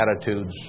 attitudes